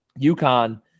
UConn